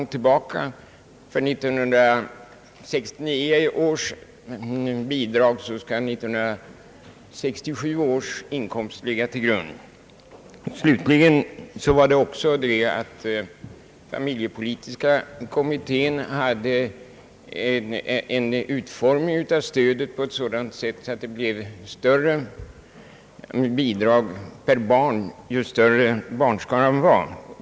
För t.ex. 1969 års bidrag skall 1967 års inkomst ligga till grund. Slutligen hade familjepolitiska kommittén föreslagit en sådan utformning av stödet att bidraget per barn skulle bli större ju större barnskaran var.